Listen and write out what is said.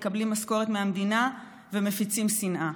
מקבלים משכורת מהמדינה ומפיצים שנאה.